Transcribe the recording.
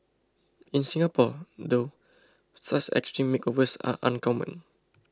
in Singapore though such extreme makeovers are uncommon